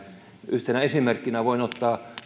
yhtenä esimerkkinä voin ottaa